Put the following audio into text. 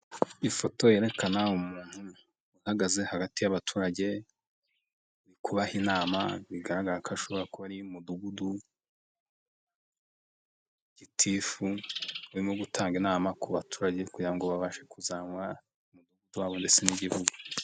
Ifoto yerekana umuntu uhagaze hagati y'abaturage, ari kubaha inama bigaragara ko ashobora kuba ari Umudugudu, gitifu urimo gutanga inama ku baturage kugira ngo babashe kuzamura Umudugudu wabo ndetse n'Igihugu.